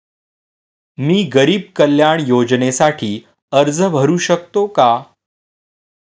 मी गरीब कल्याण योजनेसाठी अर्ज भरू शकतो का?